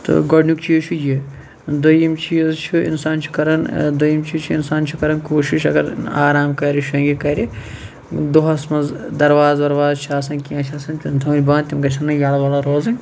تہٕ گۄڈنیُک چیٖز چھُ یہِ دوٚیِم چیٖز چھُ اِنسان چھُ کَران دوٚیِم چیٖز چھُ اِنسان چھُ کَران کوٗشِش اَگَر آرام کَرٕ شۄنگہِ کَرِ دۄہَس مَنٛز دَرواز وَرواز چھِ آسان کینٛہہ چھِ آسان تِم تھاوٕنۍ بَنٛد تِم گَژھن نہٕ یَلہٕ وَلہٕ روزٕنۍ